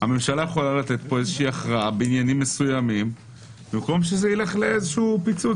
הממשלה יכולה לתת פה הכרעה בעניינים מסוימים במקום שיהיה פיצוץ.